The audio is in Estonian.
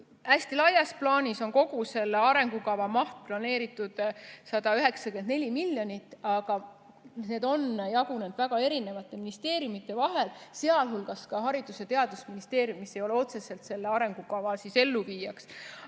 laias plaanis on kogu selle arengukava mahuks planeeritud 194 miljonit, aga see on jagunenud eri ministeeriumide vahel, sealhulgas on Haridus‑ ja Teadusministeerium, kes ei ole otseselt selle arengukava elluviija.